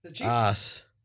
ass